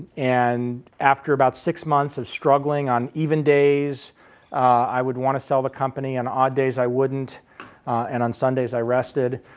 and after about six months of struggling, on even days i would want to sell the company and odd days i wouldn't and on sundays i rested.